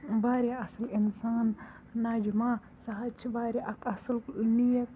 واریاہ اصل اِنسان نَجما سۄ حظ چھِ واریاہ اصل نیک